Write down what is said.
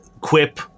Quip